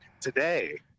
today